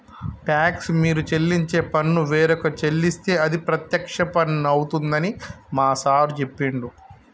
talks మీరు చెల్లించే పన్ను వేరొక చెల్లిస్తే అది ప్రత్యక్ష పన్ను అవుతుందని మా సారు చెప్పిండు